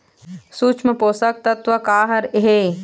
सूक्ष्म पोषक तत्व का हर हे?